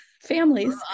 families